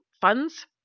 funds